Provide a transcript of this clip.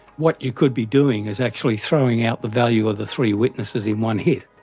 what you could be doing is actually throwing out the value of the three witnesses in one hit.